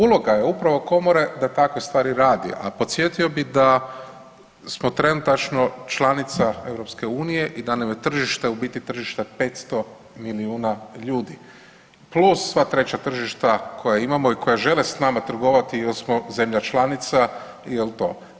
Uloga je upravo komore da takve stvari radi, a podsjetio bi da smo trenutačno članica EU i da nam je tržište u biti tržišta 500 milijuna ljudi plus sva treća tržišta koja imamo i koja žele s nama trgovati jer smo zemlja članica i jel to.